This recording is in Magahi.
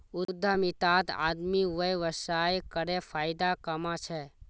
उद्यमितात आदमी व्यवसाय करे फायदा कमा छे